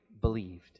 believed